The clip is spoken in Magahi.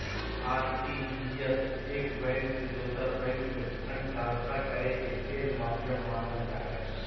आर.टी.जी.एस एक बैंक से दोसर बैंक में फंड ट्रांसफर करे के तेज माध्यम मानल जा हय